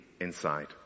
inside